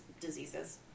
diseases